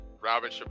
Robin